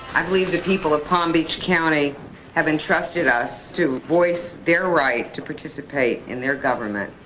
i believe the people of palm beach county have entrusted us to voice their right to participate in their government.